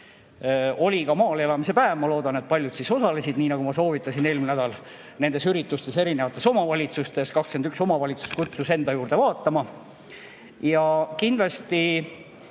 oli maal elamise päev. Ma loodan, et paljud osalesid, nii nagu ma soovitasin, eelmine nädal nendel üritustel erinevates omavalitsustes. 21 omavalitsust kutsus enda juurde vaatama. Ja